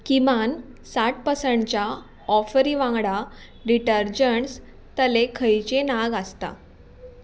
किमान साठ पर्संटच्या ऑफरी वांगडा डिटर्जंट्स तले खंयचे नाग आसता